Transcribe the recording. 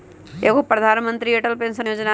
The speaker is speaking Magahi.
एगो प्रधानमंत्री अटल पेंसन योजना है?